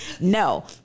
no